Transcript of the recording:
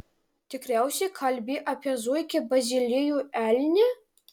tikriausiai kalbi apie zuikį bazilijų elnią